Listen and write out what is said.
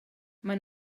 maen